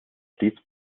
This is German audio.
stets